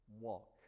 walk